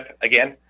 again